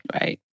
Right